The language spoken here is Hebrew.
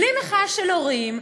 בלי מחאה של הורים,